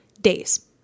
days